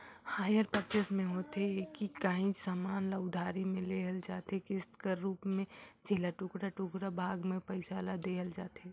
hire purchase में होथे ए कि काहींच समान ल उधारी में लेहल जाथे किस्त कर रूप में जेला टुड़का टुड़का भाग में पइसा ल देहल जाथे